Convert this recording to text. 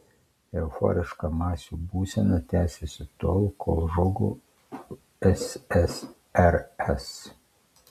euforiška masių būsena tęsėsi tol kol žlugo ssrs